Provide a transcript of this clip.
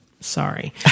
Sorry